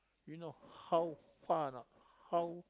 you know how far a not